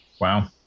wow